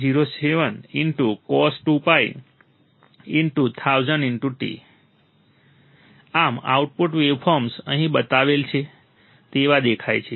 07 cos2 t આમ output waveforms અહી બતાવેલ છે તેવા દેખાય છે